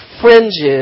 fringes